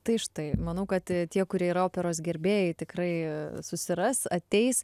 tai štai manau kad tie kurie yra operos gerbėjai tikrai susiras ateis